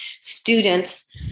students